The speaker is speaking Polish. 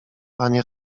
panie